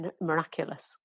miraculous